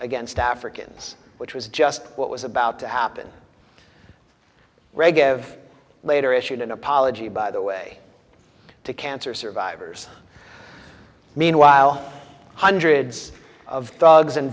against africans which was just what was about to happen raghav later issued an apology by the way to cancer survivors meanwhile hundreds of thugs and